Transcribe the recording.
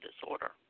disorder